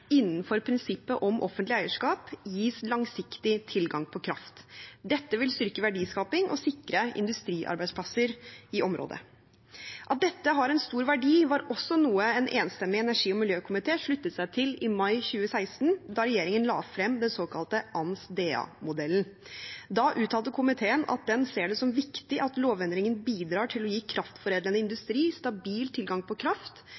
innenfor prinsippet om offentlig eierskap gis langsiktig tilgang på kraft. Dette vil styrke verdiskaping og sikre industriarbeidsplasser i området. At dette har en stor verdi, var også noe en enstemmig energi- og miljøkomité sluttet seg til i mai 2016, da regjeringen la frem den såkalte ANS/DA-modellen. Da uttalte komiteen at den ser det som viktig «at lovendringen bidrar til å gi kraftforedlende industri stabil tilgang til kraft